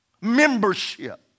membership